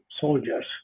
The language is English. soldiers